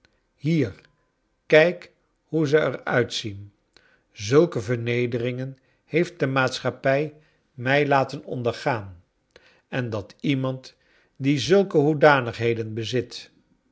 hier kijk hoe ze er uitzien zulke vernederingen heeft de maatschappij mij laten ondergaan en dat iemand die zulke hoedanip heden bezit